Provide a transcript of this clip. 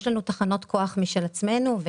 יש לנו תחנות כוח משל עצמנו.